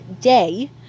day